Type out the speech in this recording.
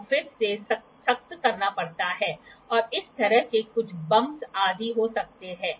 36° minus 3° एक संभावना है 27° प्लस 9° माइनस 6° एक संभावना है जो हम कर सकते हैं